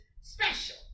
special